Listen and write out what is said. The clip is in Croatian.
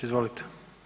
Izvolite.